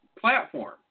platform